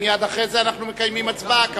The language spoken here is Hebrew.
מייד אחרי זה אנחנו מקיימים הצבעה כמובן.